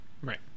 Right